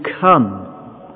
come